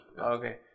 Okay